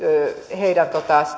heidän